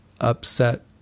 upset